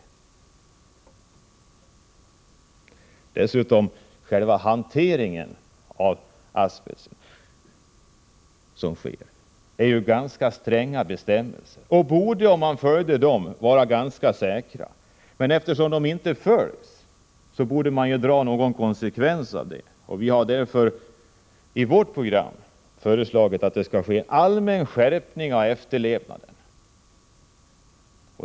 När det gäller själva hanteringen av asbest finns ju ganska stränga bestämmelser, och om man följde dem borde hanteringen vara ganska säker. Men eftersom de inte följs borde vi dra någon konsekvens av detta. Vi har därför i vårt program föreslagit att det skall bli en allmän skärpning av efterlevnaden.